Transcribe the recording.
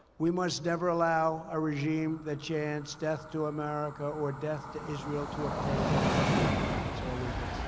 we must never allow a regime that chants death to america or death to israel to obtain a nuclear weapon. that's all we